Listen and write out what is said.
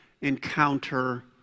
encounter